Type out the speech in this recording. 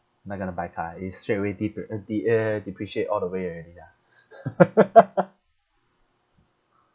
not going to buy car it's straightaway depre~ uh de~ uh depreciate all the way already lah